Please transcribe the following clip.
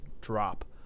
drop